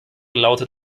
lautet